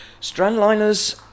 Strandliners